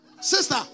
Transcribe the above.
sister